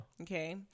okay